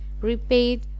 repaid